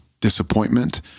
disappointment